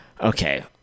Okay